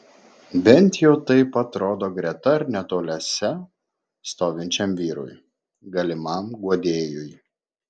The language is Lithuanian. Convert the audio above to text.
bent jau taip atrodo greta ar netoliese stovinčiam vyrui galimam guodėjui